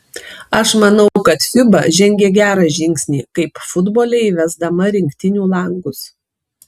aš manau kad fiba žengė gerą žingsnį kaip futbole įvesdama rinktinių langus